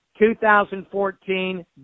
2014